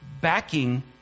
backing